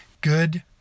good